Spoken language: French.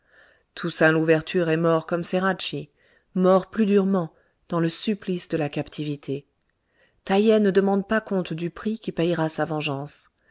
toussaint louverture est mort comme ceracchi mort plus durement dans le supplice de la captivité taïeh ne demande pas compte du prix qui payera sa vengeance